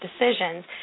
decisions